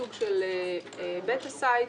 סוג של בטא סייט.